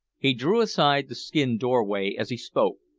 he drew aside the skin doorway as he spoke,